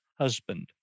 husband